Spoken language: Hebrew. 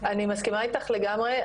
אני מסכימה איתך לגמרי,